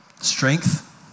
strength